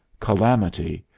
calamity,